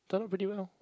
turned out pretty well